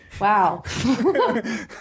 Wow